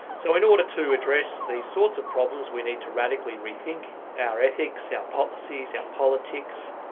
so in order to address these sorts of problems we need to radically rethink our ethics, our policies, our politics,